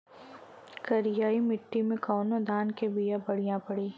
करियाई माटी मे कवन धान के बिया बढ़ियां पड़ी?